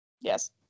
Yes